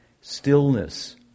stillness